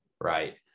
right